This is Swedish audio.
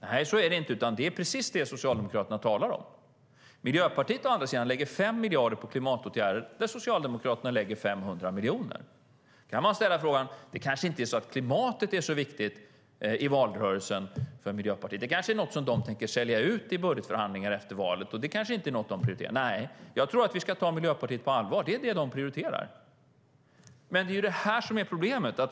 Nej, så är det inte, utan det är precis det Socialdemokraterna talar om. Miljöpartiet å andra sidan lägger 5 miljarder på klimatåtgärder, där Socialdemokraterna lägger 500 miljoner. Då kan man ställa frågan: Är det kanske så att klimatet inte är så viktigt för Miljöpartiet i valrörelsen? Det kanske är något som de tänker sälja ut i budgetförhandlingar efter valet, och det kanske inte är något de prioriterar. Nej, jag tror att vi ska ta Miljöpartiet på allvar. Det är det de prioriterar. Det är ju det här som är problemet.